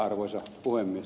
arvoisa puhemies